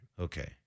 Okay